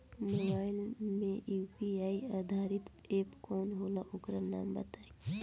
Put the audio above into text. Mobile म UPI आधारित app कौन होला ओकर नाम बताईं?